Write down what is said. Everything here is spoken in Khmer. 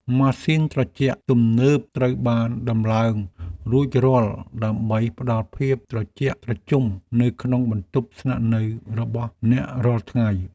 ម៉ាស៊ីនត្រជាក់ទំនើបត្រូវបានដំឡើងរួចរាល់ដើម្បីផ្តល់ភាពត្រជាក់ត្រជុំនៅក្នុងបន្ទប់ស្នាក់នៅរបស់អ្នករាល់ថ្ងៃ។